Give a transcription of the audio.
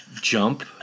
jump